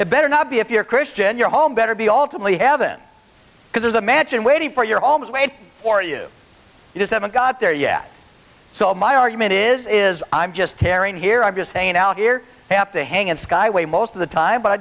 it better not be if you're christian your home better be all to only heaven because there's a mansion waiting for your always wait for you you just haven't got there yet so my argument is is i'm just tearing here i'm just hanging out here have to hang and skyway most of the time but i